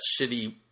shitty